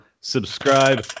subscribe